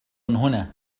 هنا